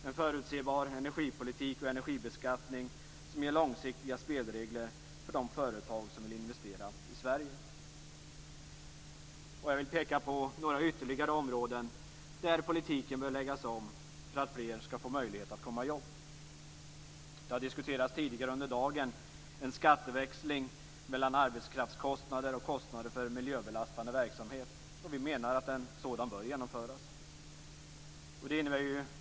En förutsebar energipolitik och energibeskattning skulle ge långsiktiga spelregler för de företag som vill investera i Sverige. Jag vill peka på några ytterligare områden där politiken bör läggas om för att fler skall få möjlighet att få jobb. En skatteväxling mellan arbetskraftskostnader och kostnader för miljöbelastande verksamhet har diskuterats tidigare under dagen. Vi menar att en sådan bör genomföras.